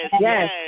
Yes